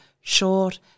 short